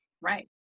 right